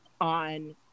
on